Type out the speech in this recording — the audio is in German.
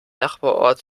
nachbarort